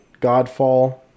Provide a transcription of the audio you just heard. Godfall